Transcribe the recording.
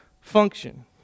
function